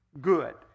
good